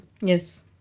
Yes